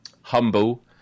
humble